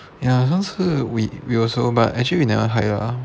ya 上次 we we also but actually we never hide lah